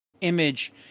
image